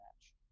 match